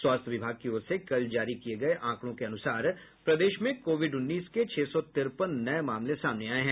स्वास्थ्य विभाग की ओर से कल जारी किये गये आंकड़ों के अनुसार प्रदेश में कोविड उन्नीस के छह सौ तिरपन नये मामले सामने आये हैं